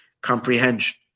comprehension